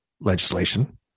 legislation